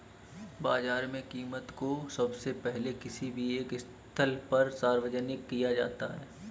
बाजार में कीमत को सबसे पहले किसी भी एक स्थल पर सार्वजनिक किया जाता है